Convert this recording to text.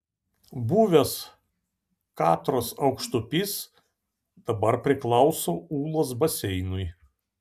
buvęs katros aukštupys dabar priklauso ūlos baseinui